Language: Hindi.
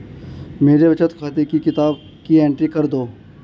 मेरे बचत खाते की किताब की एंट्री कर दो?